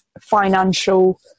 financial